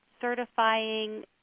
Certifying